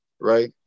right